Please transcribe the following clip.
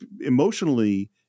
emotionally